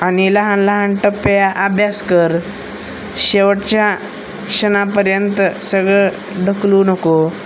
आणि लहान लहान टप्प्यात अभ्यास कर शेवटच्या क्षणापर्यंत सगळं ढकलू नको